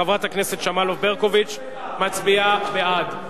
חברת הכנסת שמאלוב-ברקוביץ מצביעה בעד.